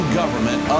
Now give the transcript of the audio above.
government